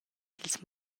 dils